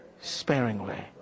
sparingly